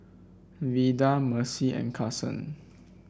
Vida Mercy and Carson